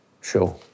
Sure